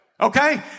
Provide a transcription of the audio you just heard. Okay